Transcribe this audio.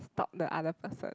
stalk the other person